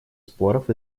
споров